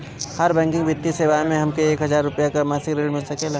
गैर बैंकिंग वित्तीय सेवाएं से हमके एक हज़ार रुपया क मासिक ऋण मिल सकेला?